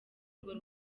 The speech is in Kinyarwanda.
urwo